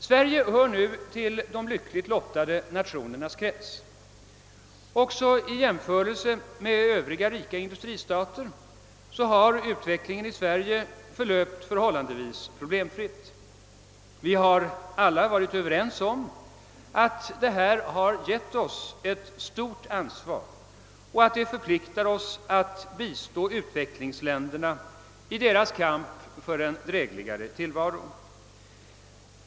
Sverige hör till de lyckligt lottade nationernas krets. även i jämförelse med Övriga rika industristater har utvecklingen i Sverige förlöpt förhållandevis problemfritt. Vi har alla varit överens om att detta har gett oss ett stort ansvar och att det förpliktar oss att bistå uländerna i deras kamp för en drägligare tillvaro.